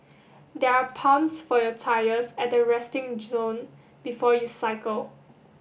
there are pumps for your tyres at the resting zone before you cycle